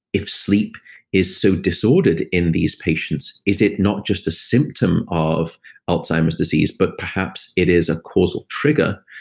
if sleep is so disordered in these patients, is it not just a symptom of alzheimer's disease, but perhaps it is a causal trigger?